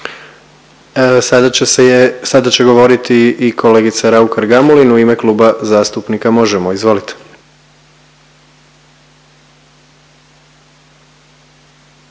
Sada će govoriti i kolegica Raukar-Gamulin u ime Kluba zastupnika Možemo!. Izvolite.